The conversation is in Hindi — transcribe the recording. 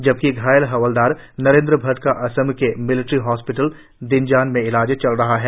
जबकि घायल हवलदार नरेंद्र भट्ट का असम के मिलिट्री हॉस्फिटल दिनजान में इलाज चल रहा है